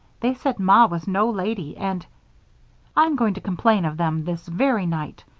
they said ma was no lady, and i'm going to complain of them this very night,